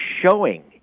showing